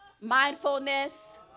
Mindfulness